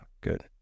Good